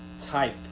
type